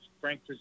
Frank